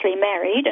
married